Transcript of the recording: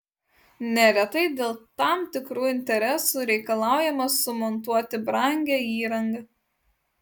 neretai dėl tam tikrų interesų reikalaujama sumontuoti brangią įrangą